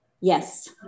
Yes